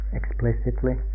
explicitly